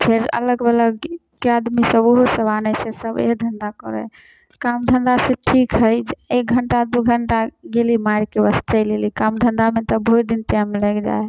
फेर अलग बगलके आदमीसभ ओहोसभ आनै छै सभ इहे धन्धा करै हइ एक घण्टा दुइ घण्टा गेली मारिके बस चलि अएली काम धन्धामे तऽ बहुत दिन टाइम लागि जाइ हइ